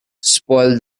spoil